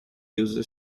user